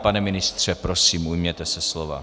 Pane ministře, prosím, ujměte se slova.